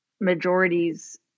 majorities